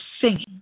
singing